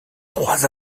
trois